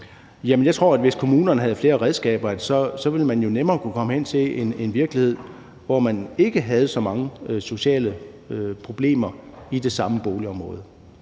Jeg tror, at hvis kommunerne havde flere redskaber, ville man nemmere kunne komme til at se en virkelighed, hvor man ikke havde så mange sociale problemer i det samme boligområde.